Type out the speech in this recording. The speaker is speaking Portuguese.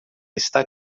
está